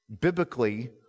Biblically